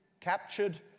captured